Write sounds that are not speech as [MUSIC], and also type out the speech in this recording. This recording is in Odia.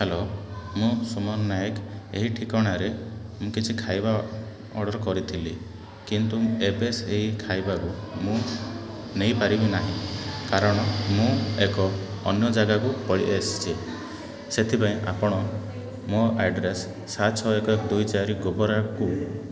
ହ୍ୟାଲୋ ମୁଁ ସୁମନ ନାୟକ ଏହି ଠିକଣାରେ ମୁଁ କିଛି ଖାଇବା ଅର୍ଡ଼ର କରିଥିଲି କିନ୍ତୁ ଏବେ ସେହି ଖାଇବାକୁ ମୁଁ ନେଇପାରିବି ନାହିଁ କାରଣ ମୁଁ ଏକ ଅନ୍ୟ ଜାଗାକୁ ପଳେଇଆସିଛି ସେଥିପାଇଁ ଆପଣ ମୋ ଆଡ଼୍ରେସ୍ ସାତ ଛଅ ଏକ ଦୁଇ ଚାରି [UNINTELLIGIBLE]